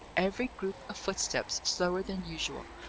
every group of footsteps slower than usual,